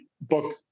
book